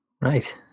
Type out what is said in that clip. Right